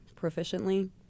proficiently